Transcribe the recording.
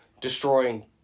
destroying